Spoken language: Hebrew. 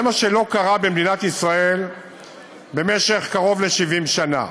זה מה שלא קרה במדינת ישראל במשך קרוב ל-70 שנה.